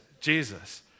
Jesus